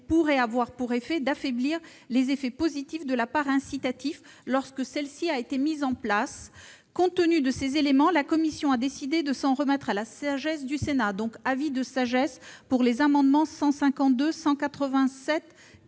pourrait avoir pour effet d'affaiblir les effets positifs de sa part incitative lorsque celle-ci a été mise en place. Compte tenu de ces éléments, la commission a décidé de s'en remettre à la sagesse du Sénat sur les amendements identiques n